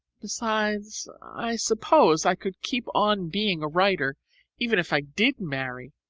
besides, i suppose i could keep on being a writer even if i did marry.